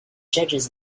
judges